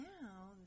now